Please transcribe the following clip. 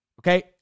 okay